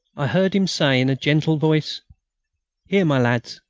i heard him say in a gentle voice here, my lads,